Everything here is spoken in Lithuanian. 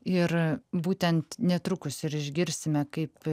ir būtent netrukus ir išgirsime kaip